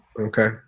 Okay